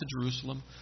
Jerusalem